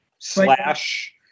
slash